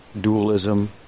dualism